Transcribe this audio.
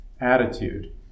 attitude